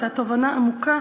הייתה תובנה עמוקה,